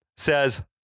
says